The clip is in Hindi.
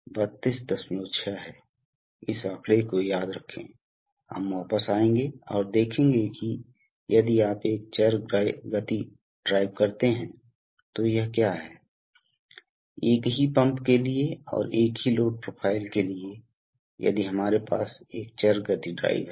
तो नियंत्रण कुछ इस तरह से है यह ठीक वैसे ही जैसे आप जानते हैं कि आप बस स्तर नियंत्रण की तरह हैं बहुत सरल बहुत सरल जो कहते हैं कि रेगुलेटर् वास्तव में 120 psi पर काम करने के लिए डिज़ाइन किया गया है तो इस अर्थ में एक हिस्टैरिसीस है